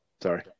Sorry